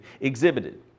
exhibited